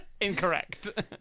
Incorrect